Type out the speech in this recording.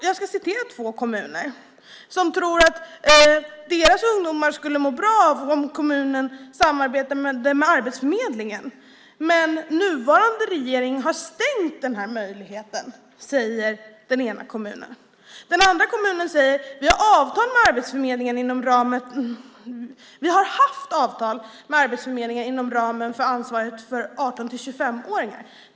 Jag ska ta två kommuner som exempel. De tror att deras ungdomar skulle må bra av om kommunen samarbetade med Arbetsförmedlingen. Men nuvarande regering har stängt denna möjlighet, säger den ena kommunen. Den andra kommunen säger: Vi har haft avtal med Arbetsförmedlingen inom ramen för ansvaret för 18-25-åringar.